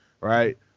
Right